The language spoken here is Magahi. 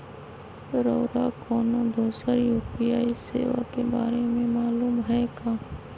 रउरा कोनो दोसर यू.पी.आई सेवा के बारे मे मालुम हए का?